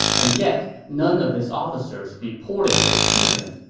and yet none of his officers reported this to him.